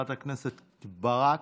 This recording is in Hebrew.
חברת הכנסת ברק,